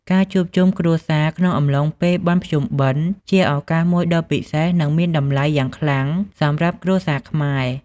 ការជួបជុំគ្រួសារក្នុងអំឡុងពេលបុណ្យភ្ជុំបិណ្ឌ ជាឱកាសមួយដ៏ពិសេស និងមានតម្លៃយ៉ាងខ្លាំងសម្រាប់គ្រួសារខ្មែរ។